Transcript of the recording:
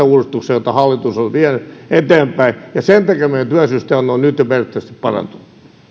uudistuksissa joita hallitus on vienyt eteenpäin ja sen takia meidän työllisyysastehan on nyt jo merkittävästi parantunut